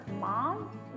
mom